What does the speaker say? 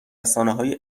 رسانههای